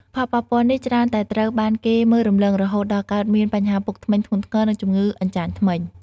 ផលប៉ះពាល់នេះច្រើនតែត្រូវបានគេមើលរំលង រហូតដល់កើតមានបញ្ហាពុកធ្មេញធ្ងន់ធ្ងរ និងជំងឺអញ្ចាញធ្មេញ។